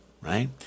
Right